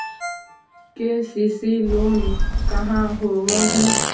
KCC loan का होब हइ?